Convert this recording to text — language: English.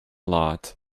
lot